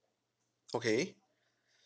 okay